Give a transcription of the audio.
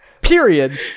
Period